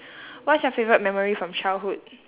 what's your favourite memory from childhood